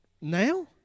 now